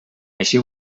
així